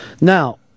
Now